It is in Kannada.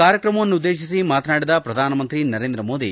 ಕಾರ್ಯಕ್ರಮವನ್ನುದ್ದೇಶಿಸಿ ಮಾತನಾಡಿದ ಪ್ರಧಾನಮಂತ್ರಿ ನರೇಂದ್ರಮೋದಿ